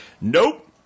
Nope